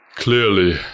Clearly